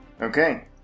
Okay